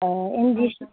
अ इन्दि सि